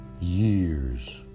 years